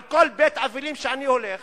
בכל בית אבלים שאני הולך